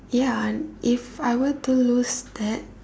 ya and if I were to lose that